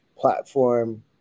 platform